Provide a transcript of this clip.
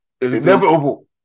Inevitable